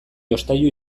jostailu